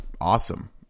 awesome